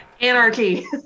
Anarchy